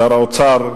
שר האוצר,